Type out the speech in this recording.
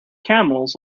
camels